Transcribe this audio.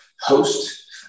host